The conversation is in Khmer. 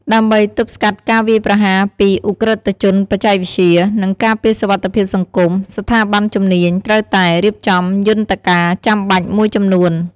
ដើម្បី ទប់ស្កាត់ការវាយប្រហារ ពី ឧក្រិដ្ឋជនបច្ចេកវិទ្យា និង ការពារសុវត្ថិភាពសង្គម ស្ថាប័នជំនាញ ត្រូវតែ រៀបចំយន្តការចាំបាច់មួយចំនួន។